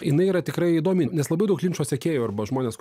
jinai yra tikrai įdomi nes labai daug linčo sekėjų arba žmonės